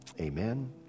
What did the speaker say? amen